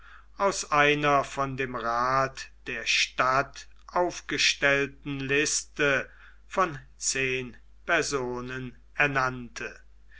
aus einer von dem rat der stadt aufgestellten liste von zehn personen ernannte